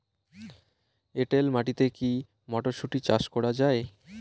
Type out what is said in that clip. এটেল মাটিতে কী মটরশুটি চাষ করা য়ায়?